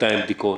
200 בדיקות,